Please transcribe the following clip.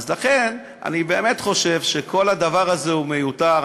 לכן, אני באמת חושב שכל הדבר הזה מיותר.